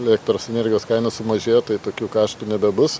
elektros energijos kaina sumažėjo tai tokių kaštų nebebus